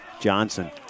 Johnson